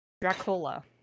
Dracula